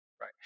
Right